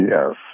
Yes